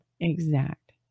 exact